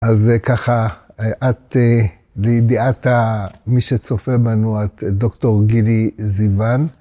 אז ככה, את, לידיעת מי שצופה בנו, את דוקטור גילי זיוון.